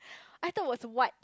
I thought it was what